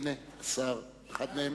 הנה אחד מהם,